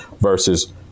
versus